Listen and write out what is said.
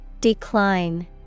Decline